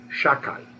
Shakai